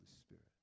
Spirit